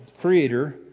creator